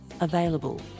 available